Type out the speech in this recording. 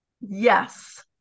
yes